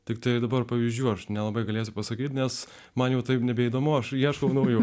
tiktai dabar pavyzdžių aš nelabai galės pasakyti nes man jau taip nebeįdomu aš ieškau naujų